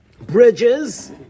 Bridges